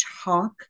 talk